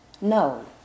No